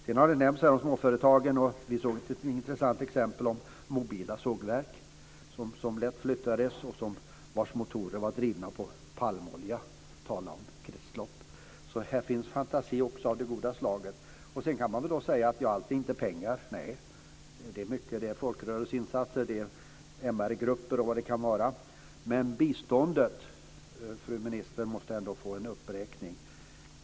Småföretagen har nämnts här, och vi såg ett intressant exempel: mobila sågverk, lätt flyttbara och med motorer drivna med palmolja. Tala om kretslopp! Här finns alltså även fantasi av det goda slaget. Man kan säga att pengar inte är allt. Nej, det kan göras mycket genom folkrörelseinsatser, MR-grupper osv., men biståndet måste ändå, fru ministern, få en uppräkning.